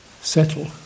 settle